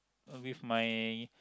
with my